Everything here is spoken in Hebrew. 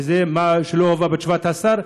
וזה מה שלא הובא בתשובת השר.